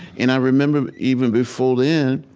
and i remember, even before then,